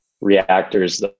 reactors